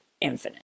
infinite